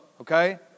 okay